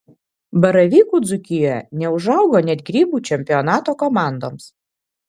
baravykų dzūkijoje neužaugo net grybų čempionato komandoms